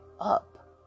up